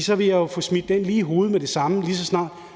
så vil jeg få smidt den lige i hovedet med det samme, lige så snart